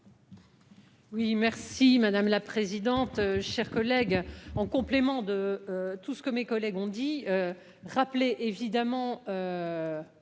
Oui merci madame la présidente, chers collègues, en complément de tout ce que mes collègues ont dit rappeler évidemment.